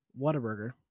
Whataburger